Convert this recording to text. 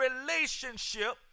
relationship